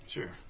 Sure